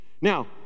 Now